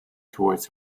towards